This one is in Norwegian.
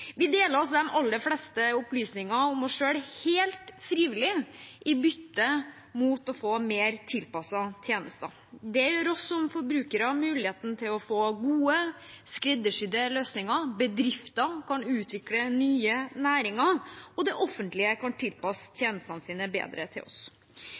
oss selv. Vi deler de aller fleste opplysninger om oss selv helt frivillig, i bytte mot å få mer tilpassede tjenester. Det gir oss som forbrukere muligheten til å få gode, skreddersydde løsninger. Bedrifter kan utvikle nye næringer, og det offentlige kan tilpasse tjenestene sine bedre til oss.